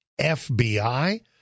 FBI